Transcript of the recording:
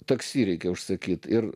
taksi reikia užsakyti ir